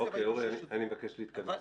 אורי, אני מבקש להתכנס.